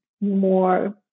more